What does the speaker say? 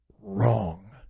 wrong